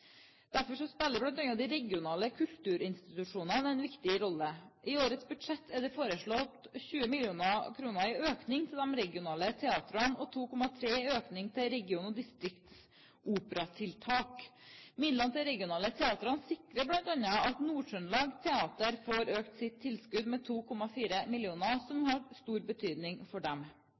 Derfor spiller bl.a. de regionale kulturinstitusjonene en viktig rolle. I årets budsjett er det foreslått 20 mill. kr i økning til de regionale teatrene og 2,3 mill. kr i økning til region- og distriktsoperatiltak. Midlene til de regionale teatrene sikrer bl.a. at Nord-Trøndelag Teater får økt sitt tilskudd med 2,4 mill. kr, noe som har stor betydning for dem.